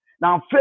Now